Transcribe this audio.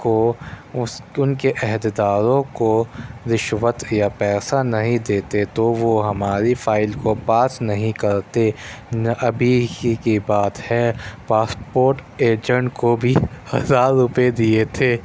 کو اُس اُن کے عہدے داروں کو رشوت یا پیسہ نہیں دیتے تو وہ ہماری فائل کو پاس نہیں کرتے نہ ابھی ہی کی بات ہے پاسپورٹ ایجنٹ کو بھی ہزار روپئے دیئے تھے